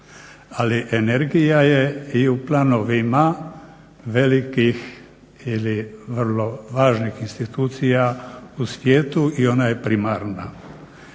Ali energija je i u planovima velikih ili vrlo važnih institucija u svijetu i ona je primarna.